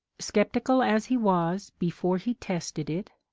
sceptical as he was before he tested it,